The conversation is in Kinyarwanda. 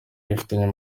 abifitiye